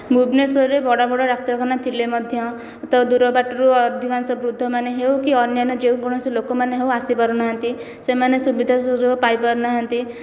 ଭୁବନେଶ୍ୱରରେ ବଡ଼ ବଡ଼ ଡାକ୍ତରଖାନା ଥିଲେ ମଧ୍ୟ ତ ଦୂର ବାଟରୁ ଅଧିକାଂଶ ବୃଦ୍ଧମାନେ ହେଉ କି ଅନ୍ୟାନ୍ୟ ଯେକୌଣସି ଲୋକମାନେ ହେଉ ଆସି ପାରୁନାହାନ୍ତି ସେମାନେ ସୁବିଧା ସୁଯୋଗ ପାଇ ପାରୁନାହାନ୍ତି